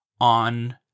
on